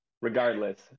regardless